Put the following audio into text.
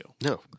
No